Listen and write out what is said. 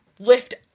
lift